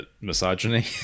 misogyny